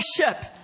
worship